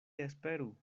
esperu